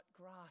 grass